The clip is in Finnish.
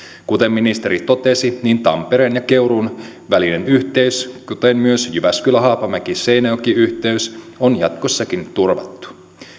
kuten ministeri totesi tampereen ja keuruun välinen yhteys kuten myös jyväskylä haapamäki seinäjoki yhteys on jatkossakin turvattu siis